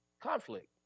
conflict